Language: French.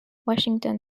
washington